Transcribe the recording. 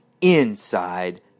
inside